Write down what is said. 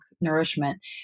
Nourishment